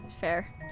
Fair